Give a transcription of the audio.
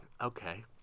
okay